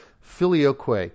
Filioque